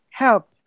Help